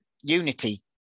Unity